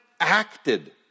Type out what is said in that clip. acted